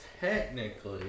technically